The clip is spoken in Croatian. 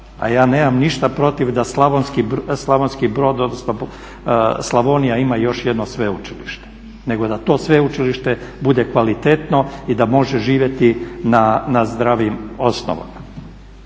a ja nemam ništa protiv da Slavonski Brod, odnosno Slavonija ima još jedno sveučilište, nego da to sveučilište bude kvalitetno i da može živjeti na zdravim osnovama.